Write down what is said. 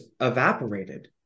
evaporated